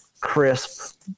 crisp